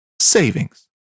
savings